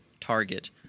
target